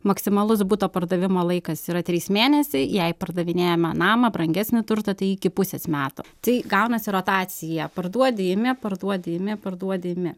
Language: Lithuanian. maksimalus buto pardavimo laikas yra trys mėnesiai jei pardavinėjame namą brangesnį turtą tai iki pusės metų tai gaunasi rotacija parduodi imi parduodi imi parduodi imi